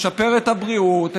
לשפר את הבריאות,